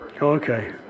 Okay